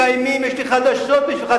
אנחנו מקיימים, יש לי חדשות בשבילך.